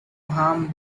harm